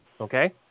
okay